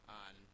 on